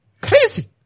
Crazy